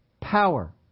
power